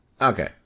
Okay